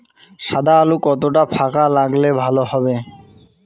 সাদা আলু কতটা ফাকা লাগলে ভালো হবে?